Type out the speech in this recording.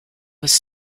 was